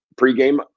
pregame